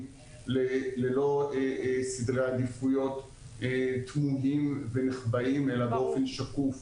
ללא סדרי עדיפויות תמוהים ונחבאים אלא באופן שקוף,